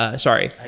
ah sorry.